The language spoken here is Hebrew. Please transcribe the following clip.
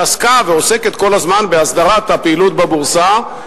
שעסקה ועוסקת כל הזמן בהסדרת הפעילות בבורסה,